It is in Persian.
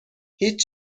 هیچ